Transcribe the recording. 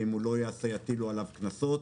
ואם זה לא ייעשה יטילו עליו קנסות.